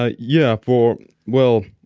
ah yeah, for well,